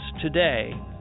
today